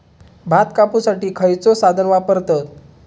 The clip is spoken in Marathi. भात कापुसाठी खैयचो साधन वापरतत?